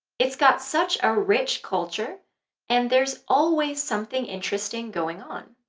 it's got such a rich culture and there's always something interesting going on.